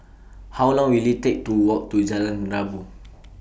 How Long Will IT Take to Walk to Jalan Rabu